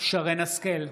שרן מרים השכל,